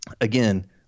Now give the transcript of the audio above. again